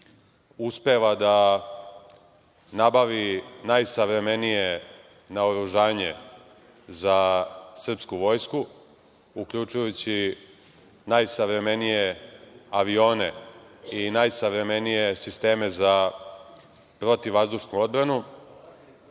uspeva da nabavi najsavremenije naoružanje za srpsku vojsku, uključujući najsavremenije avione i najsavremenije sisteme za protivvazdušnu odbranu,